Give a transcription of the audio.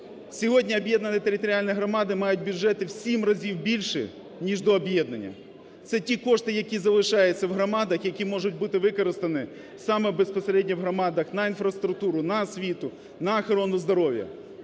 Сьогодні об'єднані територіальні громади мають бюджети в 7 разів більші, ніж до об'єднання. Це ті кошти, які залишаються в громадах, які можуть бути використані саме безпосередньо в громадах на інфраструктуру, на освіту, на охорону здоров'я.